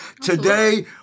Today